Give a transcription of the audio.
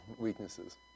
weaknesses